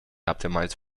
optimised